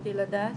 בעקבות כך התערבו